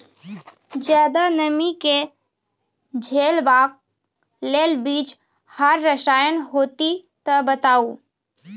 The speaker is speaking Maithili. ज्यादा नमी के झेलवाक लेल बीज आर रसायन होति तऽ बताऊ?